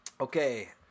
Okay